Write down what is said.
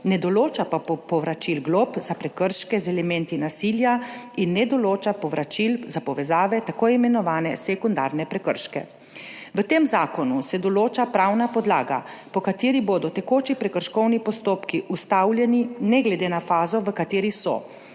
ne določa pa povračil glob za prekrške z elementi nasilja in ne določa povračil za povezave, tako imenovane sekundarne prekrške. V tem zakonu se določa pravna podlaga, po kateri bodo tekoči prekrškovni postopki ustavljeni ne glede na fazo, v kateri so.